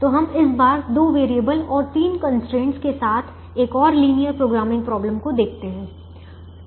तो हम इस बार दो वैरिएबल और तीन कंस्ट्रेंट के साथ एक और लिनियर प्रोग्रामिंग प्रॉब्लम को देखते हैं